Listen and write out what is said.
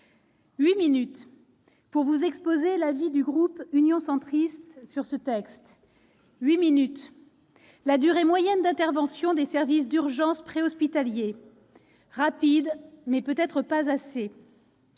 minutes pour vous exposer l'avis du groupe Union Centriste sur ce texte ; huit minutes, c'est la durée moyenne d'intervention des services d'urgences préhospitaliers- rapides, mais peut-être pas assez.